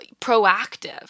proactive